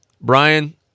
Brian